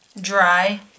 Dry